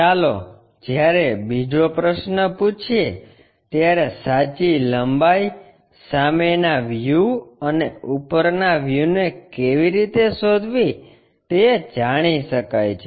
ચાલો જ્યારે બીજો પ્રશ્ન પૂછીએ ત્યારે સાચી લંબાઈ સામેના વ્યૂ અને ઉપરના વ્યૂને કેવી રીતે શોધવી તે જાણી શકાય છે